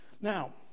Now